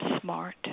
smart